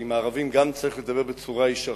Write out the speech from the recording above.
שגם עם הערבים צריך לדבר בצורה ישרה.